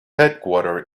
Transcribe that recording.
headquarter